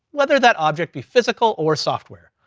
whether that object be physical, or software,